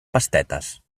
pastetes